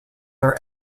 are